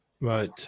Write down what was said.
Right